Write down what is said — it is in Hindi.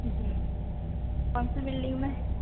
जी कौन सी बिल्डिंग में है